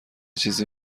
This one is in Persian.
چیزی